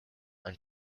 and